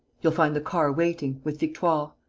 you'll find the car waiting, with victoire.